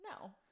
No